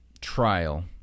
trial